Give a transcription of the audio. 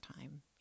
time